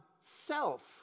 self